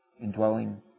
indwelling